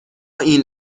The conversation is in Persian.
این